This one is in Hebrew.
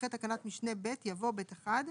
אחרי תקנת משנה (ב) יבוא : (ב1)